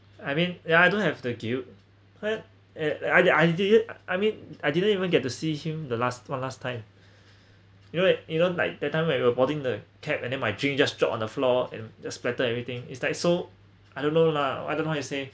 I mean ya I don't have the guilt hurt uh I I di~ I mean I didn't even get to see him the last one last time you know it you know like that time when you were boarding the cab and then my drink just drop on the floor and the splattered everything is like so I don't know lah I don't want to say